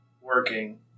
working